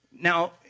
Now